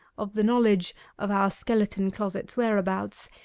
of the knowledge of our skeleton-closet's whereabouts,